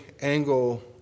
angle